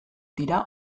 dira